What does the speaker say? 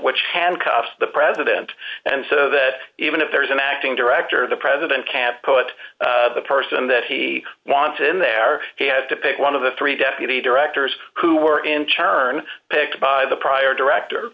which handcuffs the president and so that even if there is an acting director the president can't put the person that he wants in there he had to pick one of the three deputy directors who were in turn picked by the prior director